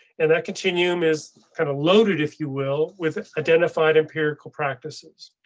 and that continuum is kind of loaded if you will, with identified empirical practices.